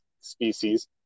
species